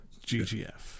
GGF